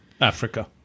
Africa